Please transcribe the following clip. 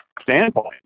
standpoint